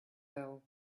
fell